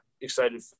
excited